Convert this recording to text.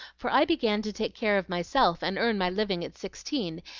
for i began to take care of myself and earn my living at sixteen,